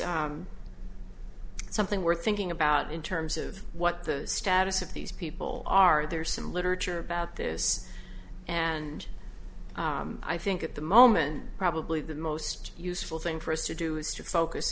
something worth thinking about in terms of what the status of these people are there are some literature about this and i think at the moment probably the most useful thing for us to do is to focus